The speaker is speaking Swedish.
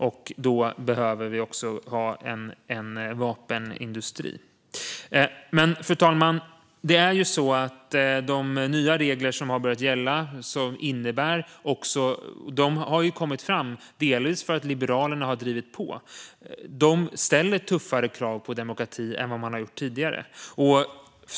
Och då behöver vi ha en vapenindustri. Fru talman! De nya regler som har börjat gälla har kommit fram delvis för att Liberalerna har drivit på. De ställer också tuffare krav på demokrati än tidigare.